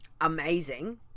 amazing